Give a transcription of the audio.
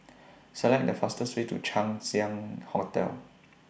Select The fastest Way to Chang Ziang Hotel